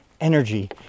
energy